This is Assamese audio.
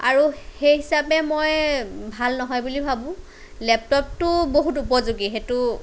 আৰু সেই হিচাপে মই ভাল নহয় বুলি ভাবোঁ লেপটপটো বহুত উপযোগী সেইটো